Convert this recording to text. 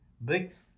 bricks